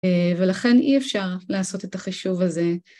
ולכן אי אפשר לעשות את החישוב הזה.